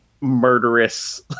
murderous